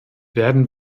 werden